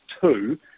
two